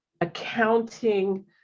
accounting